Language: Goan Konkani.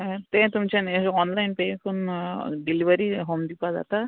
तें तुमच्यान ऑनलायन पे करून डिलिव्हरी हॉम दिवपा जाता